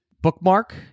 bookmark